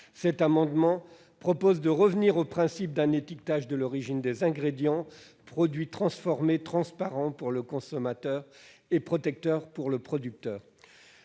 notre amendement tend à revenir au principe d'un étiquetage de l'origine des ingrédients des produits transformés qui soit transparent pour le consommateur et protecteur pour le producteur.